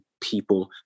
people